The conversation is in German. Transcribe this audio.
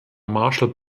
marshall